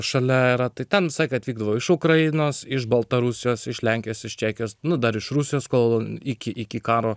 šalia yra tai ten visai kad vykdavo iš ukrainos iš baltarusijos iš lenkijos iš čekijos nu dar iš rusijos kol iki iki karo